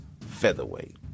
Featherweight